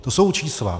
To jsou čísla.